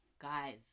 Guys